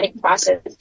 process